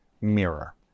mirror